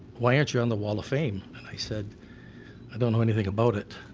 why aren't you on the wall of fame? and i said i don't know anything about it.